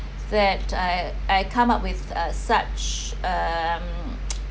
that I I come up with a such um